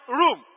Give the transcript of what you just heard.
room